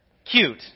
Cute